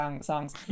songs